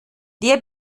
der